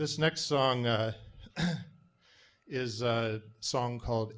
this next song is a song called